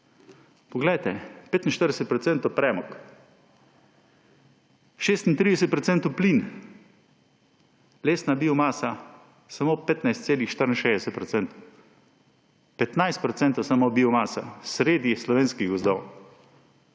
Poglejte, 45 % premog, 36 % plin, lesna biomasa samo 15,64 %. 15 % je samo biomase sredi slovenskih gozdov!